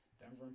Denver